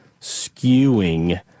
skewing